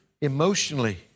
emotionally